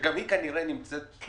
שגם היא כנראה נמצאת בקשיים,